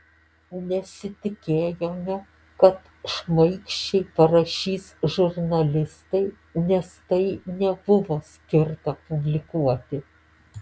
nesitikėjome kad šmaikščiai parašys žurnalistai nes tai nebuvo skirta publikuoti